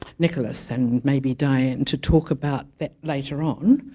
nicholas and maybe diane to talk about that later on